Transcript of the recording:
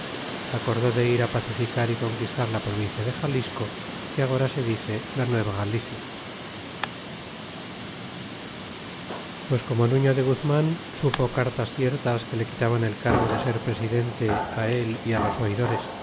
acordó de irá pacificar y conquistar la provincia de xalisco que agora se dice la nueva galicia aupues como nutio de guzman supo cartas ciertas que le quitaban el cargo de ser presidente él y á los